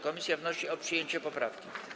Komisja wnosi o przyjęcie poprawki.